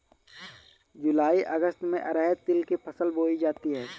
जूलाई अगस्त में अरहर तिल की फसल बोई जाती हैं